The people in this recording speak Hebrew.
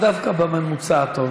את דווקא במקום טוב.